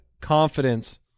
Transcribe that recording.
confidence